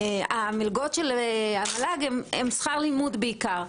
המלגות של המועצה להשכלה גבוהה הן שכר לימוד בעיקר,